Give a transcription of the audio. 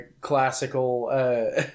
classical